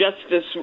justice